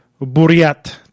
Buryat